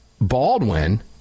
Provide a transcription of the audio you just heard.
Baldwin